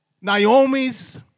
Naomi's